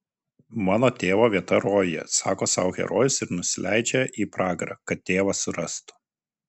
mano tėvo vieta rojuje sako sau herojus ir nusileidžia į pragarą kad tėvą surastų